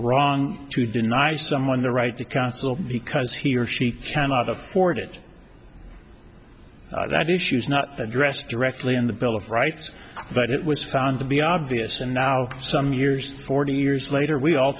wrong to deny someone the right to counsel because he or she cannot afford it that issues not addressed directly in the bill of rights but it was found to be obvious and now some years forty years later we all